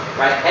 right